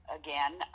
again